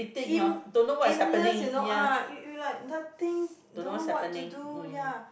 aim~ aimless you know ah you like nothing don't know what to do ya